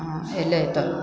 हँ अयलै तऽ